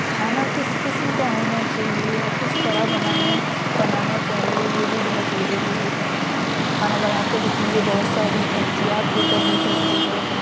کھانا کس قسم کا ہونا چاہیے اور کس طرح بنانے بنانا چاہیے یہ بھی بہت ضروری ہوتا ہے کھانا بناتے وقت مجھے بہت ساری احتیاط بھی کرنی پڑتی ہے